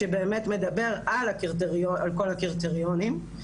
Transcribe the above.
שבאמת מדבר על כל הקריטריונים.